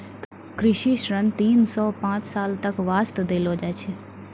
कृषि ऋण तीन सॅ पांच साल तक वास्तॅ देलो जाय छै